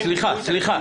סליחה.